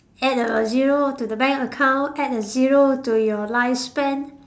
add a zero to the bank account add a zero to your lifespan